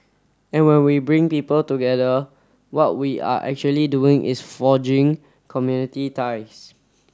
and when we bring people together what we are actually doing is forging community ties